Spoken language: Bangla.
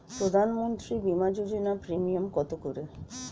প্রধানমন্ত্রী বিমা যোজনা প্রিমিয়াম কত করে?